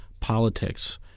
politics